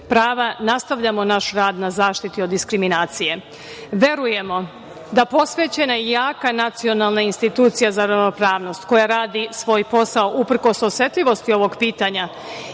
prava, nastavljamo naš rad na zaštiti diskriminacije. Verujemo da posvećena i jaka nacionalna institucija za ravnopravnost koja radi svoj posao, uprkos osetljivosti ovog pitanja